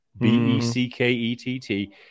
B-E-C-K-E-T-T